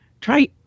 Try